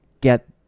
get